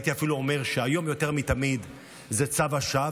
הייתי אפילו אומר שהיום יותר מתמיד זה צו השעה.